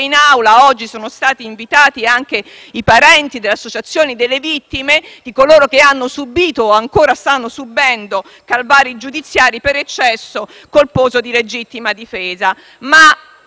in Aula oggi sono stati invitati alcuni esponenti delle associazioni delle vittime, cioè di coloro che hanno subìto o ancora stanno subendo calvari giudiziari per eccesso colposo di legittima difesa.